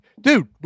Dude